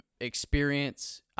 experience